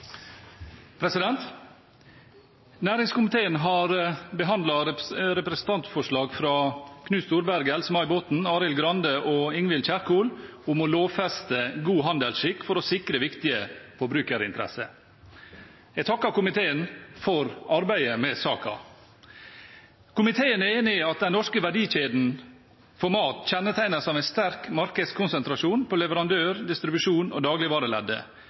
vedtatt. Næringskomiteen har behandlet et representantforslag fra Knut Storberget, Else-May Botten, Arild Grande og Ingvild Kjerkol om å lovfeste god handelsskikk for å sikre viktige forbrukerinteresser. Jeg takker komiteen for arbeidet med saken. Komiteen er enig i at den norske verdikjeden for mat kjennetegnes av en sterk markedskonsentrasjon på leverandør-, distribusjons- og